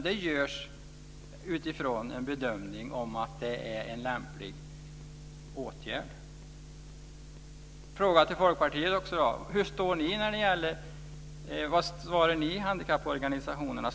Det görs utifrån en bedömning av att det är en lämplig åtgärd. Jag har en fråga till Folkpartiet också. Vad svarar ni handikapporganisationerna?